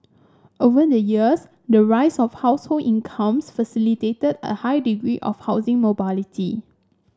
over the years the rise of household incomes facilitated a high degree of housing mobility